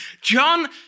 John